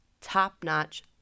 top-notch